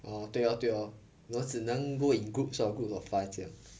oh 对 lor 对 lor 有只能 go in groups of groups of five 这样